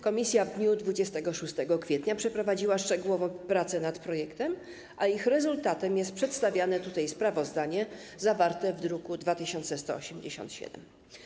Komisja w dniu 26 kwietnia przeprowadziła szczegółowe prace nad projektem, a ich rezultatem jest przedstawiane tutaj sprawozdanie zawarte w druku nr 2187.